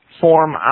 form